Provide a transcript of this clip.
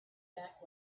back